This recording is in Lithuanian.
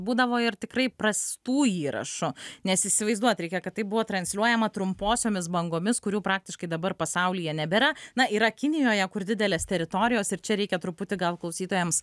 būdavo ir tikrai prastų įrašų nes įsivaizduot reikia kad tai buvo transliuojama trumposiomis bangomis kurių praktiškai dabar pasaulyje nebėra na yra kinijoje kur didelės teritorijos ir čia reikia truputį gal klausytojams